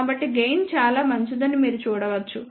కాబట్టి గెయిన్ చాలా మంచిదని మీరు చూడవచ్చు